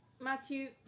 Matthew